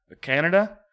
Canada